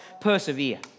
persevere